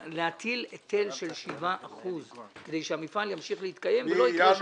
להטיל היטל של 7% כדי שהמפעל ימשיך להתקיים ולא יקרה שום דבר אחר.